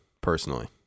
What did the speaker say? personally